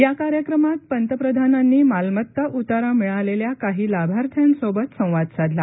या कार्यक्रमात पंतप्रधानांनी मालमत्ता उतारा मिळालेल्या काही लाभार्थ्यांसोबत संवाद साधला